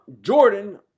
Jordan